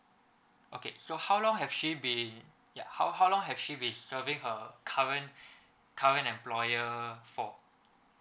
okay so how long have she been ya how how long has she been serving her current current employer for